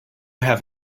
have